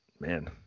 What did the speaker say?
man